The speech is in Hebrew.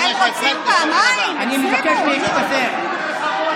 אני מבקש להתפזר.